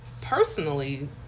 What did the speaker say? personally